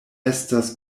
estas